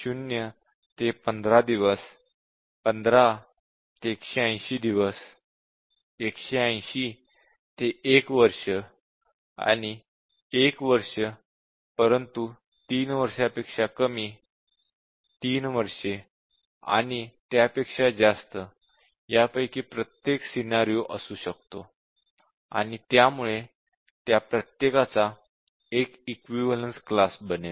0 ते 15 दिवस 15 ते 180 दिवस 180 ते 1 वर्ष आणि 1 वर्ष परंतु 3 वर्षांपेक्षा कमी 3 वर्षे आणि त्यापेक्षा जास्त यापैकी प्रत्येक सिनॅरिओअसू शकतो आणि त्यामुळे त्या प्रत्येकाचा एक इक्विवलेन्स क्लास बनेल